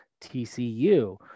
TCU